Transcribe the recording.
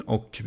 Och